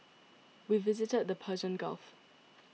we visited the Persian Gulf